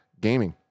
Gaming